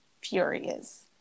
furious